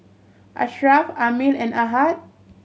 Ashraff Ammir and Ahad